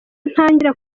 ntangira